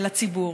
אל הציבור,